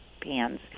pans